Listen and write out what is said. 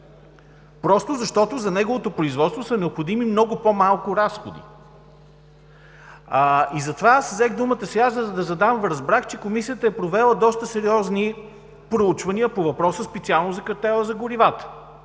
просто защото за неговото производство са необходими много по-малко разходи. И затова аз взех думата сега, за да задам въпрос. Разбрах, че Комисията е провела доста сериозни проучвания по въпроса, специално за картела за горивата.